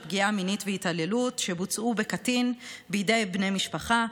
פגיעה מינית והתעללות שבוצעו בקטין בידי בני משפחה,